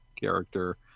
character